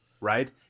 right